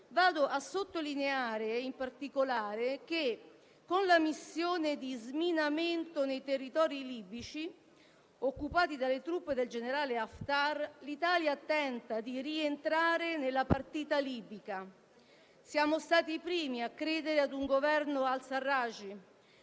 vado a sottolineare in particolare che, con la missione di sminamento nei territori libici occupati dalle truppe del generale Haftar, l'Italia tenta di rientrare nella partita libica. Siamo stati i primi a credere a un Governo al-Serraj.